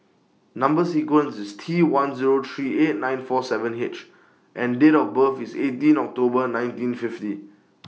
Number sequence IS T one Zero three eight nine four seven H and Date of birth IS eighteen October nineteen fifty